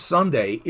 Sunday